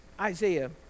Isaiah